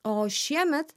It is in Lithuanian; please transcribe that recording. o šiemet